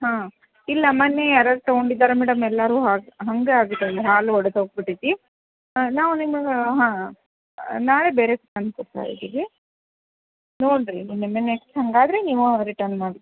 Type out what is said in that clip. ಹಾಂ ಇಲ್ಲ ಮೊನ್ನೆ ಯಾರೋ ತಗೊಂಡಿದಾರೆ ಮೇಡಮ್ ಎಲ್ಲರು ಹಾಗೆ ಹಂಗೆ ಆಗಿತ್ತು ಅಂತ ಹಾಲು ಒಡೆದು ಹೋಗಿ ಬಿಟೈತಿ ಹಾಂ ನಾವು ನಿಮಗೆ ಹಾಂ ನಾಳೆ ಬೇರೆ ತಂದು ಕೊಡ್ತಾ ಇದೀವಿ ನೋಡ್ರಿ ಇನ್ನೊಮ್ಮೆ ನೆಕ್ಸ್ಟ್ ಹಂಗಾದ್ರೆ ನೀವು ರಿಟನ್ ಮಾಡಿ